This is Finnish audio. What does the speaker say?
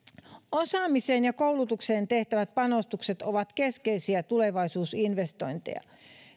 osaamiseen ja koulutukseen tehtävät panostukset ovat keskeisiä tulevaisuusinvestointeja